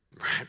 right